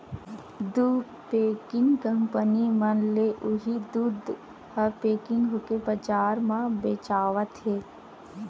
दू packing company मन ले उही दूद ह पेकिग होके बजार म बेचावत हे